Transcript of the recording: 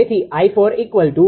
તેથી 𝑖4 0